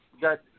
got